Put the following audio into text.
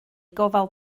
gofal